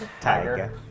Tiger